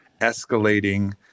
escalating